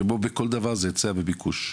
כמו בכל דבר - זה היצע וביקוש.